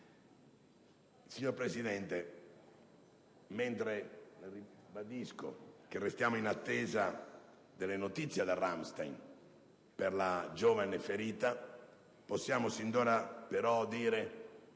Signor Presidente, mentre ribadisco che restiamo in attesa delle notizie da Ramstein per la giovane ferita, possiamo sin d'ora dire che